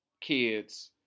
kids